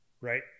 right